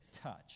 touch